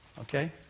Okay